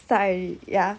start already ya